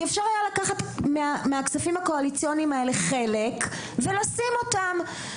כי אפשר היה לקחת מהכספים הקואליציוניים האלה חלק ולשים אותם.